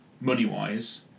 money-wise